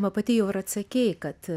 va pati jau ir atsakei kad